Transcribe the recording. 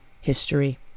history